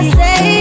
say